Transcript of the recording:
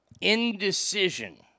Indecision